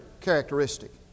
characteristic